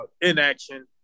inaction